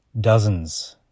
dozens